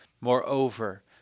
Moreover